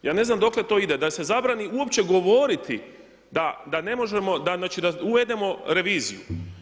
Ja ne znam dokle to ide, da se zabrani uopće govoriti da ne možemo, znači da uvedemo reviziju.